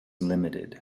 limited